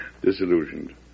disillusioned